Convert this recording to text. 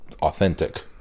authentic